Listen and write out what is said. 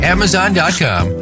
Amazon.com